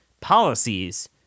policies